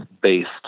based